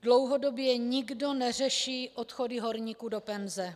Dlouhodobě nikdo neřeší odchody horníků do penze.